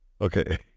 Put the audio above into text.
Okay